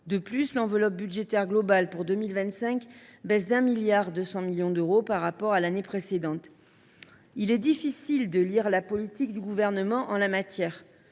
De plus, l’enveloppe budgétaire globale pour 2025 baisse de 1,2 milliard d’euros par rapport à l’année précédente. Il est difficile de lire la politique du Gouvernement en la matière